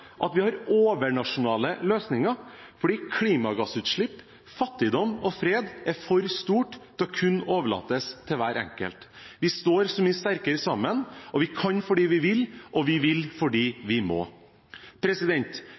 at vi har overnasjonale løsninger, fordi klimagassutslipp, fattigdom og fred er for stort til å kunne overlates til hver enkelt. Vi står så mye sterkere sammen. Vi kan fordi vi vil, og vi vil fordi vi må.